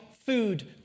food